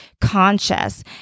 conscious